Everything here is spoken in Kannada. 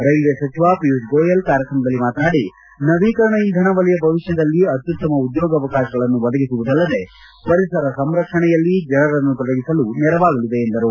ರ್ನೆಲ್ವೆ ಸಚಿವ ಪಿಯೂಷ್ ಗೋಯಲ್ ಕಾರ್ಯಕ್ರಮದಲ್ಲಿ ಮಾತನಾಡಿ ನವೀಕರಣ ಇಂಧನ ವಲಯ ಭವಿಷ್ಣದಲ್ಲಿ ಅತ್ತುತ್ತಮ ಉದ್ದೋಗಾವಕಾಶಗಳನ್ನು ಒದಗಿಸುವುದಲ್ಲದೆ ಪರಿಸರ ಸಂರಕ್ಷಣೆಯಲ್ಲಿ ಜನರನ್ನು ತೊಡಗಿಸಲು ನೆರವಾಗಲಿದೆ ಎಂದರು